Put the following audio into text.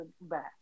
back